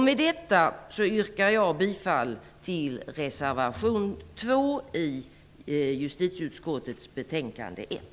Med det anförda yrkar jag bifall till reservation 2, som är fogad till justitieutskottets betänkande 1.